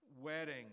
wedding